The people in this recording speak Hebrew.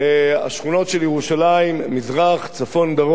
השכונות של ירושלים, מזרח, צפון, דרום.